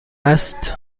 است